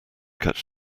catch